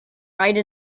write